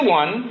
one